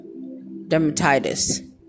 dermatitis